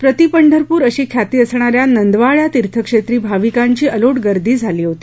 प्रति पंढरपूर अशी ख्याती असणाऱ्या नंदवाळ या तीर्थक्षेत्री भाविकांची अलोट गर्दी झाली होती